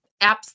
apps